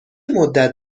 مدت